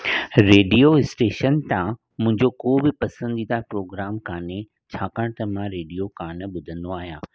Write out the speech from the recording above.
radio station तां मुंहिंजो को बि पसंदीदा प्रोग्राम कान्हे छाकाणि त मां रेडियो कान ॿुधंदो आहियां